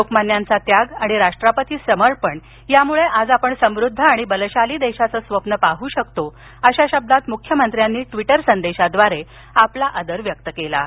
लोकमान्यांचा त्याग आणि राष्ट्राप्रती समर्पण यामुळे आज आपण समृद्ध आणि बलशाली देशाचं स्वप्न पाहू शकतो अशा शब्दांत मुख्यमंत्र्यांनी ट्विटर संदेशात आदर व्यक्त केला आहे